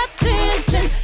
attention